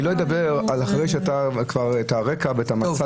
אני לא אדבר אחרי שאתה כבר את הרקע ואת המצע